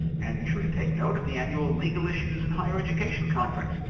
and be sure to take note of the annual legal issues in higher education conference,